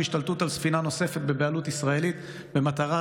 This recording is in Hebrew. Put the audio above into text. השתלטות על ספינה נוספת בבעלות ישראלית במטרה